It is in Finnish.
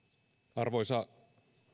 arvoisa